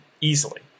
easily